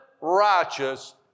righteous